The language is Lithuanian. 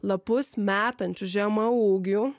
lapus metančių žemaūgių